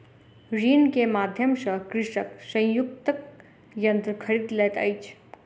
ऋण के माध्यम सॅ कृषक संयुक्तक यन्त्र खरीद लैत अछि